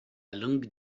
langue